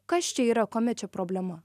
kas čia yra kame čia problema